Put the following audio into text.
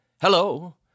Hello